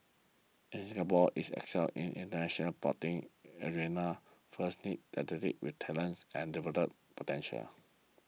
if Singapore is to excel in International Sporting arena first need athletes with talent and development potential